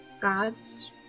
gods